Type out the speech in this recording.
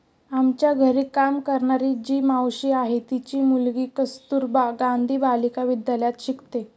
आमच्या घरी काम करणारी जी मावशी आहे, तिची मुलगी कस्तुरबा गांधी बालिका विद्यालयात शिकते